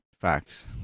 Facts